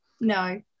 No